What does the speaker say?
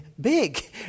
Big